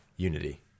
Unity